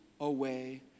away